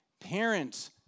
Parents